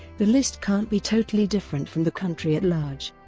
the list can't be totally different from the country at large.